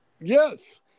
Yes